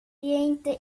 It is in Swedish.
inte